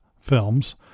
films